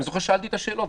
שאלתי את השאלות.